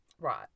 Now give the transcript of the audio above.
Right